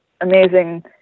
amazing